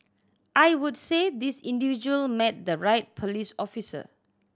I would say this individual met the right police officer